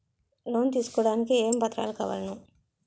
Loan తీసుకోడానికి ఏమేం పత్రాలు కావలెను?